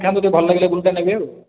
ଦେଖାନ୍ତୁ ଟିକେ ଭଲ ଲାଗିଲେ ବ୍ଲୁଟା ନେବି ଆଉ